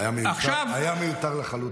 היה מיותר לחלוטין.